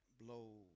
blow